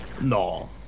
No